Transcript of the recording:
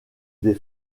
des